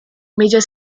major